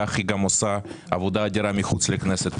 כך היא גם עושה עבודה אדירה מחוץ לכנסת,